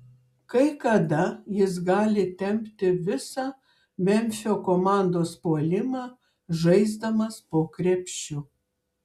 kai kada jis gali tempti visą memfio komandos puolimą žaisdamas po krepšiu